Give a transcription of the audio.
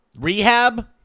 Rehab